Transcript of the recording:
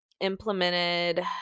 implemented